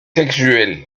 sexuel